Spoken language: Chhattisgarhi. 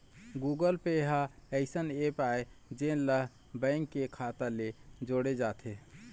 गुगल पे ह अइसन ऐप आय जेन ला बेंक के खाता ले जोड़े जाथे